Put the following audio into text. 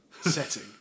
setting